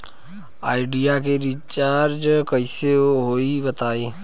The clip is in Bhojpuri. आइडिया के रीचारज कइसे होई बताईं?